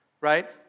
right